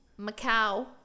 Macau